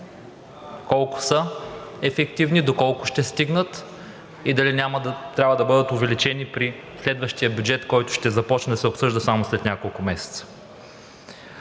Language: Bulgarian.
колко са ефективни, доколко ще стигнат и дали няма да трябва да бъдат увеличени при следващия бюджет, който ще започне да се обсъжда само след няколко месеца.